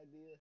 idea